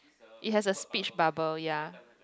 it has a speech bubble ya